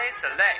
select